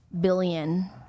billion